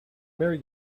merry